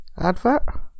advert